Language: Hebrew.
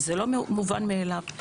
זה לא מובן מאליו.